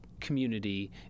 community